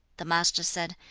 the master said,